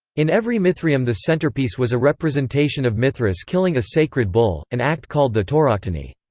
in every mithraeum the centrepiece was a representation of mithras killing a sacred bull, an act called the tauroctony.